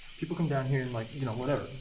people come down here and like, you know, whatever.